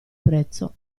prezzo